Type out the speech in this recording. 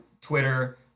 Twitter